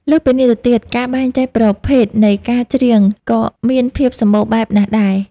លើសពីនេះទៅទៀត ការបែងចែកប្រភេទនៃការច្រៀងក៏មានភាពសម្បូរបែបណាស់ដែរ។